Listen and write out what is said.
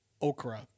okra